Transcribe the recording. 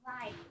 Right